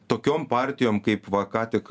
tokiom partijom kaip va ką tik